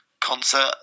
concert